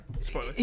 Spoiler